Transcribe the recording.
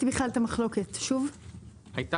איתי,